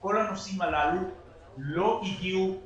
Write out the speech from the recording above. כל הנושאים הללו לא הגיעו,